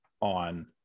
on